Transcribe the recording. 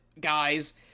guys